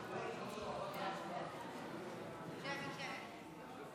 (קוראת בשמות חברי הכנסת)